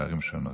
בערים שונות.